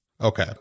Okay